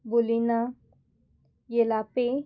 बोलिना येलापे